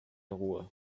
ruhe